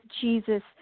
Jesus